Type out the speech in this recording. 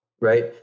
Right